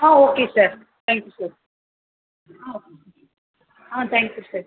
ah okay sir thank you sir ah okay ah thank you sir